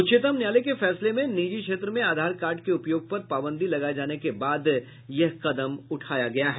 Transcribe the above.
उच्चतम न्यायालय के फैसले में निजी क्षेत्र में आधार कार्ड के उपयोग पर पाबंदी लगाये जाने के बाद यह कदम उठाया गया है